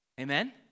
Amen